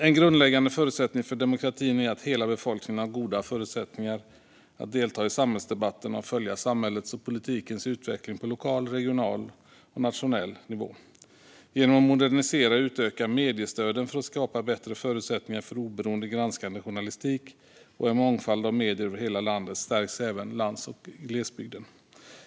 En grundläggande förutsättning för demokratin är att hela befolkningen har goda förutsättningar att delta i samhällsdebatten och att följa samhällets och politikens utveckling på lokal, regional och nationell nivå. Genom att modernisera och utöka mediestöden för att skapa bättre förutsättningar för oberoende granskande journalistik och en mångfald av medier över hela landet stärks även lands och glesbygden.